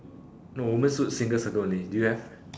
no woman suit single circle only do you have